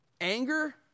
anger